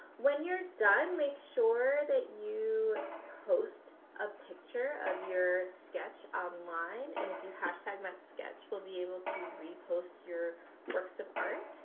when you're done make sure that you post a picture of your sketch online and if you hashtag metsketch we'll be able to re-post your works of art.